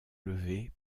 levé